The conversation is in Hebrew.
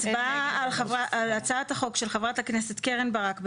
הצבעה על הצעת החוק של חברת הכנסת קרן ברק,